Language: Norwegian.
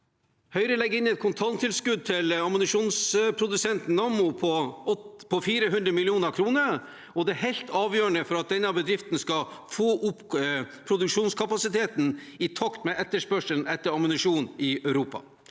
Høyre legger inn et kontanttilskudd til ammunisjonsprodusenten Nammo på 400 mill. kr. Det er helt avgjørende for at denne bedriften skal få opp produksjonskapasiteten i takt med etterspørselen etter ammunisjon i Europa.